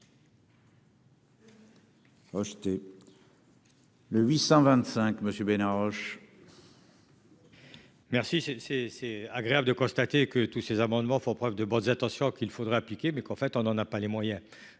Aurore. Merci, c'est, c'est c'est agréable de constater que tous ces amendements font preuve de bonnes intentions qu'il faudrait appliquer mais qu'en fait on n'en a pas les moyens,